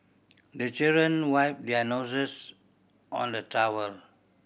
the children wipe their noses on the towel